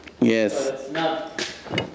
Yes